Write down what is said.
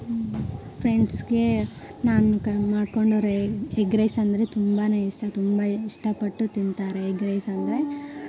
ಹ್ಞೂ ಫ್ರೆಂಡ್ಸ್ಗೆ ನಾನು ಕ ಮಾಡ್ಕೊಂಡೋಗೋ ಎಗ್ ರೈಸ್ ಅಂದರೆ ತುಂಬ ಇಷ್ಟ ತುಂಬ ಇಷ್ಟಪಟ್ಟು ತಿಂತಾರೆ ಎಗ್ ರೈಸ್ ಅಂದರೆ